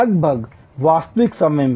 लगभग वास्तविक समय में